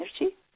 energy